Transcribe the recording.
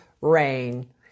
rain